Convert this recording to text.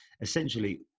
essentially